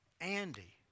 Andy